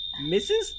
Mrs